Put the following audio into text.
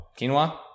Quinoa